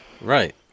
Right